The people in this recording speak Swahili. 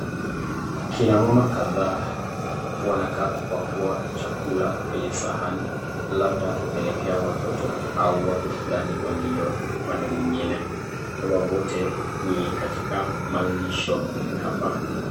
Kina mama kadhaa wanakaa kupakua chakula kwenye sahani, labda kupelekea watoto au watu fulani walio upande mwingine. Hawa wote ni katika malisho hapa.